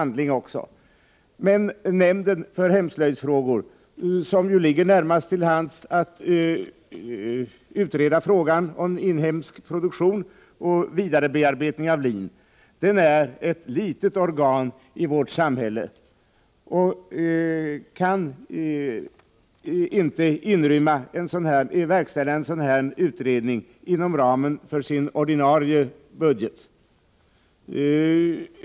Nämnden för hemslöjdsfrågor, som ligger närmast till hands att utreda frågan om inhemsk produktion och vidarebearbetning av lin, är ett litet organ i vårt samhälle och kan inte verkställa en sådan här utredning inom ramen för sin ordinarie budget.